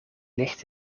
ligt